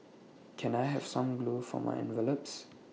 can I have some glue for my envelopes